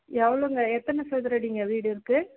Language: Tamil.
எவ்வளோங்க எத்தனை சதுரடிங்க வீடிருக்கு